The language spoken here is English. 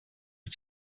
are